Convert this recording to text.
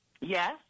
Yes